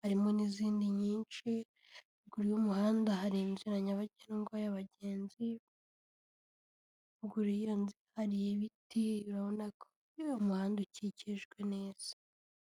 harimo n'izindi nyinshi, ruguru y'umuhanda hari inzira nyabagendwa y'abagenzi, ruguru y'iyo nzira hari ibiti, urabona ko uyu muhanda ukukijwe neza.